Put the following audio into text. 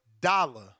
dollar